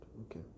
Okay